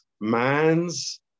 man's